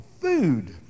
food